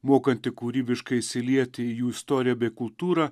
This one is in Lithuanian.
mokanti kūrybiškai įsilieti į jų istoriją bei kultūrą